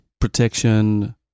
protection